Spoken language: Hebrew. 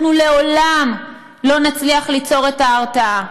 אנחנו לעולם לא נצליח ליצור את ההרתעה.